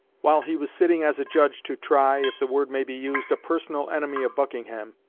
while he was sitting as a judge to try, if the word may be used, a personal enemy of buckingham,